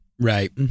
Right